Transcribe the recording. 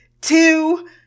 Two